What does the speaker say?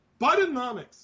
Bidenomics